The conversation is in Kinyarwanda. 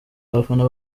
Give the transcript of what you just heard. abafana